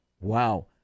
wow